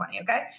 Okay